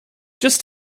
just